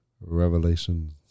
Revelations